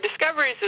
discoveries